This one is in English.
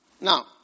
Now